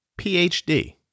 PhD